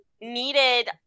needed